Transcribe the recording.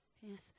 Yes